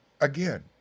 again